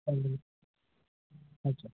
अच्छा